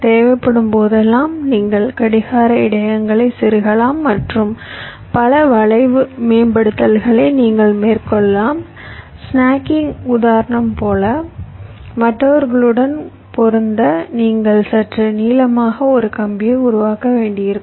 தேவைப்படும் போதெல்லாம் நீங்கள் கடிகார இடையகங்களைச் செருகலாம் மற்றும் பல வளைவு மேம்படுத்தல்களை நீங்கள் மேற்கொள்ளலாம் ஸ்னக்கிங் உதாரணம் போல மற்றவர்களுடன் பொருந்த நீங்கள் சற்று நீளமாக ஒரு கம்பியை உருவாக்க வேண்டியிருக்கும்